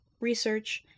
research